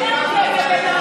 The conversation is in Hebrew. התשפ"ב 2022,